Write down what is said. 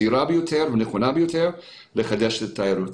הזהירה ביותר והנכונה ביותר לחדש את התיירות.